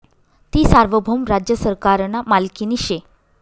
ती सार्वभौम राज्य सरकारना मालकीनी शे